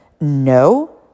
no